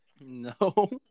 No